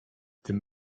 tym